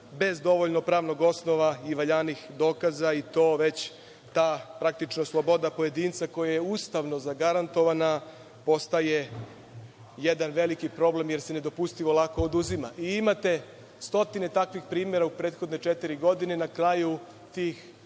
bez dovoljno pravnog osnova i valjanih dokaza i to već ta sloboda pojedinca koja je ustavno zagarantovana postaje jedan veliki problem jer se nedopustivo lako oduzima. Imate stotine takvih primera u prethodne četiri godine. Na kraju tih